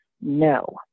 no